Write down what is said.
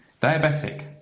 diabetic